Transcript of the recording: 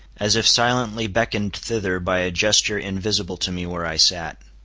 as if silently beckoned thither by a gesture invisible to me where i sat.